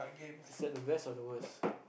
is that the best or the worst